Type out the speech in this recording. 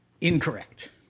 Incorrect